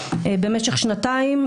במשך שנתיים,